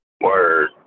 Word